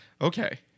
Okay